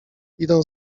idą